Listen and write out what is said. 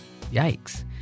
Yikes